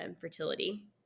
fertility